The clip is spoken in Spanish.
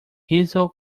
hizo